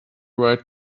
right